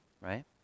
right